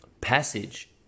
passage